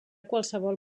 qualsevol